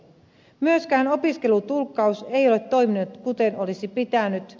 myöskään opiskelutulkkaus ei ole toiminut kuten olisi pitänyt